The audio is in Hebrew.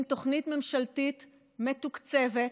עם תוכנית ממשלתית מתוקצבת.